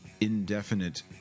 indefinite